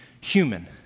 human